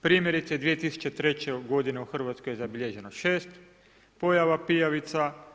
Primjerice 2003. godine u Hrvatskoj je zabilježeno 6 pojava pijavica.